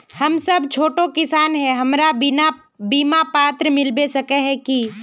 हम सब छोटो किसान है हमरा बिमा पात्र मिलबे सके है की?